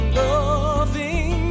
loving